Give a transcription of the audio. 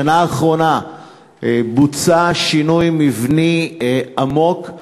בשנה האחרונה בוצע שינוי מבני עמוק,